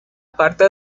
parte